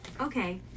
Okay